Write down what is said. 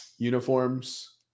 uniforms